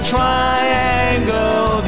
Triangle